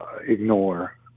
ignore